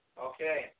Okay